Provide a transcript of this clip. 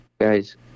Guys